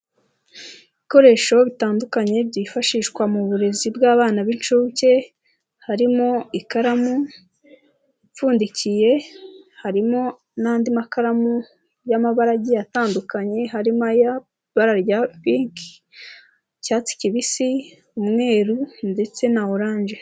Ibikoresho bitandukanye byifashishwa mu burezi bw'abana b'inshuke, harimo ikaramu, ipfundikiye, harimo n'andi makaramu y'amabara agiye atandukanye harimo aya ibara rya pinki, icyatsi kibisi, umweru, ndetse na oranje.